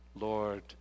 Lord